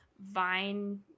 vine